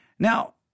Now